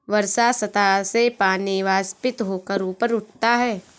वर्षा सतह से पानी वाष्पित होकर ऊपर उठता है